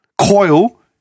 coil